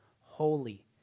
holy